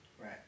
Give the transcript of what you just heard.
Right